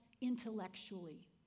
intellectually